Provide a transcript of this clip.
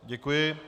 Děkuji.